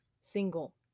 single